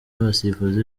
n’abasifuzi